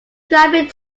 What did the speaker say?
driving